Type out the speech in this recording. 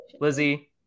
Lizzie